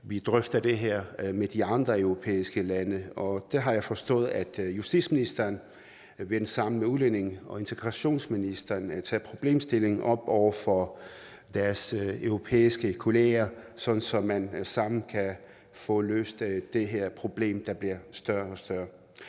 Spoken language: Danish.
vi drøfter det her med de andre europæiske lande, og jeg har forstået, at justitsministeren sammen med udlændinge- og integrationsministeren tager problemstillingen op over for deres europæiske kollegaer, sådan at man sammen kan få løst det her problem, der bliver større og større.